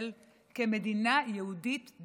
כמדינה יהודית דמוקרטית.